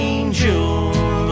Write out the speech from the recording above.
angel